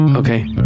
Okay